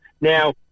now